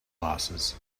glasses